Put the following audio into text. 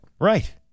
Right